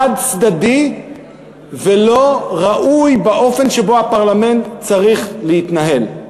חד-צדדי ולא ראוי לאופן שבו הפרלמנט צריך להתנהל.